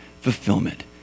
fulfillment